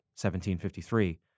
1753